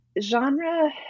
genre